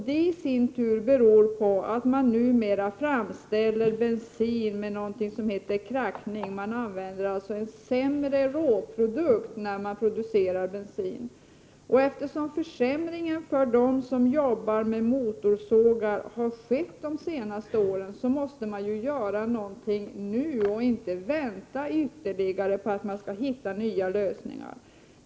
Detta i sin tur beror på att man numera framställer bensin med någonting som heter krackning. Man använder alltså en sämre råprodukt vid framställning av bensin. Eftersom en försämring för dem som arbetar med motorsågar har skett under de senaste åren, måste man ju göra någonting nu. Man kan inte vänta på nya lösningar.